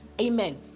amen